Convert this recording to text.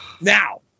Now